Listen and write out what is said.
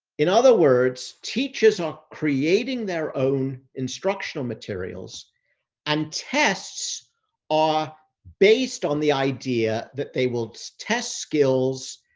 in other words, teachers are creating their own instructional materials and tests are based on the idea that they will test skills,